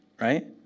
right